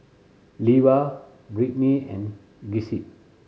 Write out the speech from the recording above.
Levar Brittnie and Giuseppe